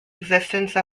existence